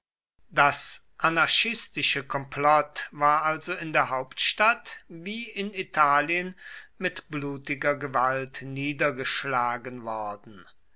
das anarchistische komplott war also in der hauptstadt wie in italien mit blutiger gewalt niedergeschlagen worden